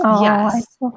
Yes